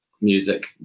music